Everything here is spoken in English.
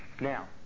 Now